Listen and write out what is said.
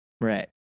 right